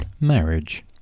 marriage